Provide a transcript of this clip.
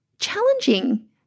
challenging